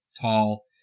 tall